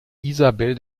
isabel